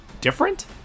different